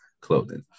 clothing